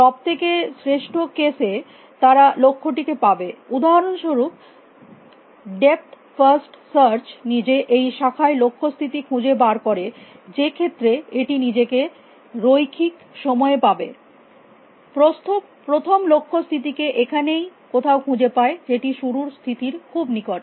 সব থেকে শ্রেষ্ঠ কেস এ তারা লক্ষ্য টিকে পাবে উদাহরনস্বরুপ ডেপথ ফার্স্ট সার্চ নিজে এই শাখায় লক্ষ্য স্থিতি খুঁজে বার করে যে ক্ষেত্রে এটি নিজেকে রৈখিক সময়ে পাবে প্রস্থ প্রথম লক্ষ্য স্থিতিকে এখানেই কোথাও খুঁজে পায় যেটি শুরুর স্থিতির খুব নিকটে